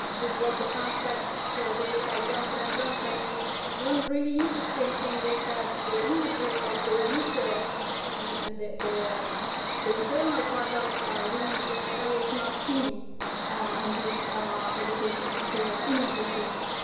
this was a pamphlet produced by johnson and johnson and one really interesting thing is that the imagery of the uterus and and and the the the internal part of women's genitalia is not seen in these educational materials in argentina.